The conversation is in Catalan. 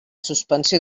suspensió